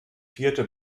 vierte